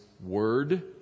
word